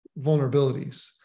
vulnerabilities